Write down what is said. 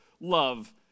love